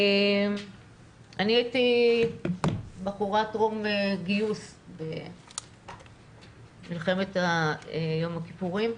הייתי בחורה טרום גיוס במלחמת יום הכיפורים,